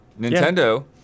Nintendo